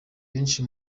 benshi